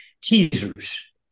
Teasers